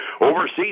Overseas